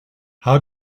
how